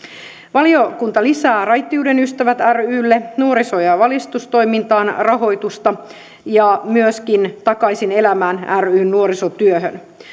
valiokunta lisää raittiuden ystävät rylle nuoriso ja valistustoimintaan rahoitusta ja myöskin takaisin elämään ryn nuorisotyöhön